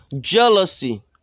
jealousy